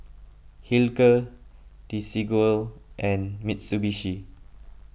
Hilker Desigual and Mitsubishi